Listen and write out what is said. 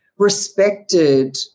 respected